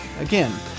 Again